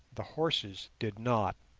the horses did not.